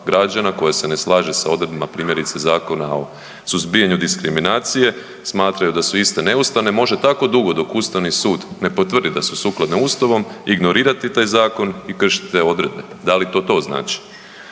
građana koja se ne slaže sa odredbama primjerice Zakona o suzbijanju diskriminacije, smatraju da su iste neustavne može tako dugo dok Ustavni sud ne potvrdi da su sukladne ustavom ignorirati taj zakon i kršiti te odredbe. Da li to to znači?